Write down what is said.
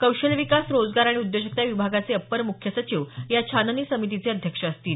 कौशल्य विकास रोजगार आणि उद्योजकता विभागाचे अपर मुख्य सचिव या छाननी समितीचे अध्यक्ष असतील